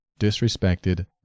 disrespected